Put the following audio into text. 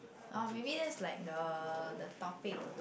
uh maybe that is like the the topic